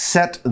Set